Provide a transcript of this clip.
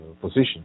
position